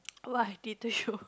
what i did to you